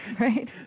right